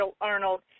Arnold